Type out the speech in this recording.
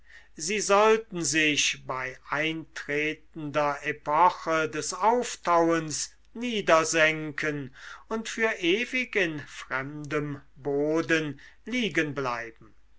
sie sollten sich bei eintretender epoche des auftauens niedersenken und für ewig in fremdem boden liegenbleiben